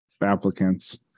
applicants